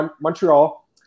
Montreal –